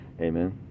amen